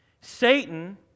Satan